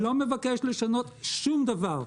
אני לא מבקש לשנות שום דבר,